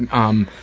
and um,